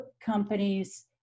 companies